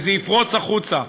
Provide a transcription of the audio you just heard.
וזה יפרוץ החוצה.